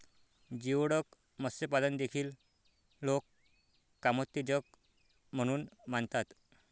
geoduck मत्स्यपालन देखील लोक कामोत्तेजक म्हणून मानतात